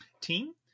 team